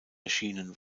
erschienen